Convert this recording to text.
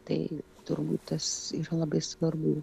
tai turbūt tas yra labai svarbu